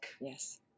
Yes